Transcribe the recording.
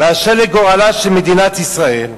באשר לגורלה של מדינת ישראל,